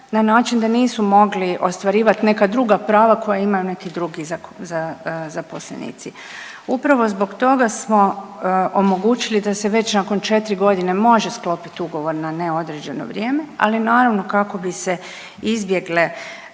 na način da nisu mogli ostvarivat neka druga prava koja imaju neki drugi zaposlenici. Upravo zbog toga smo omogućili da se već nakon 4.g. može sklopit ugovor na neodređeno vrijeme, ali naravno kako bi se izbjegle